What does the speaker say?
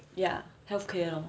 ya healthcare lor